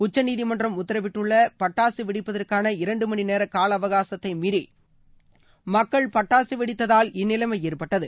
உச்சநீதிமன்றம் உத்தரவிட்டுள்ள பட்டாசு வெடிப்பதற்கான இரண்டு மணி நேர கால அவகாசத்தை மீறி மக்கள் பட்டாசு வெடித்ததால் இந்நிலைமை ஏற்பட்டது